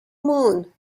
moon